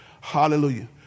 Hallelujah